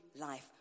life